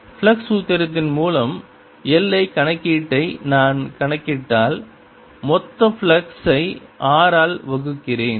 flux சூத்திரத்தின் மூலம் l கணக்கீட்டை நான் கணக்கிட்டால் மொத்த ஃப்ளக்ஸ் ஐ r ஆல் வகுக்கிறேன்